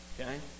Okay